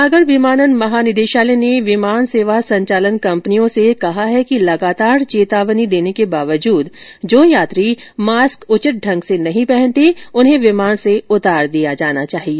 नागर विमानन महानिदेशालय ने विमान सेवा संचालन कंपनियों से कहा है कि लगातार चेतावनी के बावजूद जो यात्री मास्क उचित ढंग से नहीं पहनते उन्हें विमान से उतार दिया जाना चाहिए